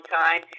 time